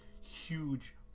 huge